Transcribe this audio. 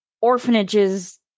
orphanages